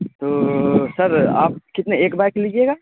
تو سر آپ کتنے ایک بائک لیجیے گا